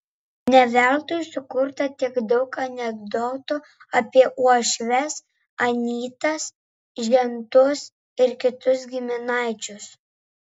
ne veltui sukurta tiek daug anekdotų apie uošves anytas žentus ir kitus giminaičius